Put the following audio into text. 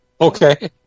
Okay